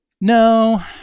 No